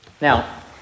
Now